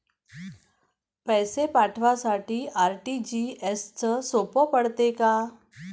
पैसे पाठवासाठी आर.टी.जी.एसचं सोप पडते का?